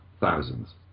thousands